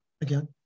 again